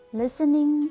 listening